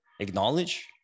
acknowledge